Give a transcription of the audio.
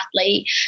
athlete